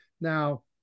Now